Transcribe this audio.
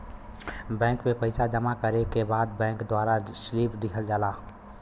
bank में पइसा जमा करे के बाद बैंक द्वारा स्लिप दिहल जाला